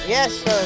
Yes